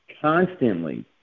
constantly